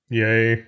yay